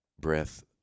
breath